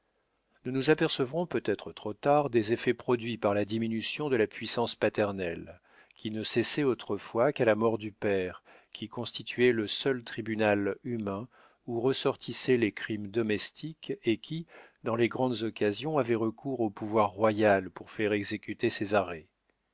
nous nous apercevrons peut-être trop tard des effets produits par la diminution de la puissance paternelle qui ne cessait autrefois qu'à la mort du père qui constituait le seul tribunal humain où ressortissaient les crimes domestiques et qui dans les grandes occasions avait recours au pouvoir royal pour faire exécuter ses arrêts